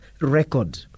record